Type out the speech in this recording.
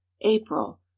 April